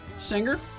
singer